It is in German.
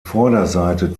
vorderseite